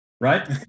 right